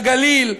בגליל,